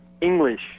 English